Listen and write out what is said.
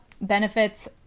benefits